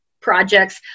projects